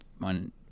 on